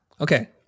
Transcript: okay